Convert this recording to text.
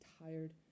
tired